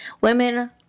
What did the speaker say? Women